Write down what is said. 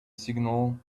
signal